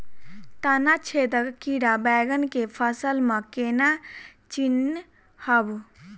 तना छेदक कीड़ा बैंगन केँ फसल म केना चिनहब?